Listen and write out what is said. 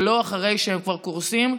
ולא אחרי כשהם כבר קורסים.